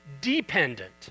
dependent